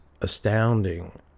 astounding